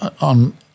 on